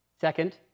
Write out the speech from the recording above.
Second